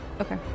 Okay